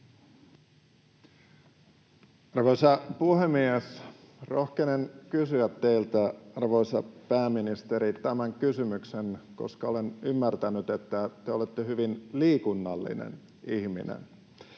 Arvoisa puhemies! Rohkenen kysyä teiltä, arvoisa pääministeri, tämän kysymyksen, koska olen ymmärtänyt, että te olette hyvin liikunnallinen ihminen.